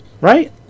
right